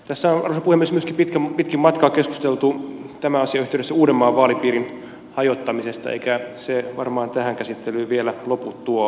tässä on arvoisa puhemies pitkin matkaa keskusteltu tämän asian yhteydessä myöskin uudenmaan vaalipiirin hajottamisesta eikä varmaan tähän käsittelyyn vielä lopu tuo aihe